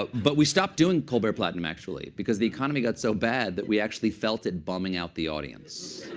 but we stopped doing colbert platinum, actually, because the economy got so bad that we actually felt it bumming out the audience.